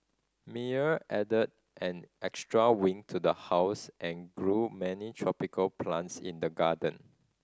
Meyer added an extra wing to the house and grew many tropical plants in the garden